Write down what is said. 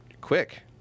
Quick